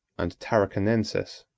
and tarraconensis.